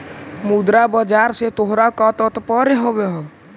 मुद्रा बाजार से तोहरा का तात्पर्य हवअ